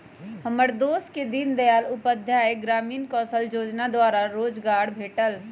हमर दोस के दीनदयाल उपाध्याय ग्रामीण कौशल जोजना द्वारा रोजगार भेटल